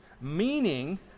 Meaning